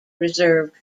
reserved